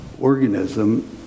organism